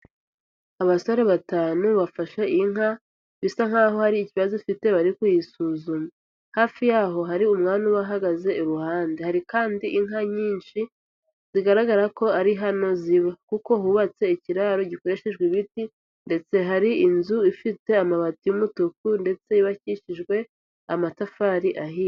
Abasore batanu bafashe inka bisa nkaho hari ikibazo ifite bari kuyisuzuma. Hafi yaho hari umwana ubahagaze iruhande. Hari kandi inka nyinshi zigaragara ko ari hano ziba. Kuko hubatse ikiraro gikoreshejwe ibiti ndetse hari inzu ifite amabati y'umutuku ndetse yubakishijwe amatafari ahiye.